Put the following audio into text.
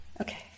Okay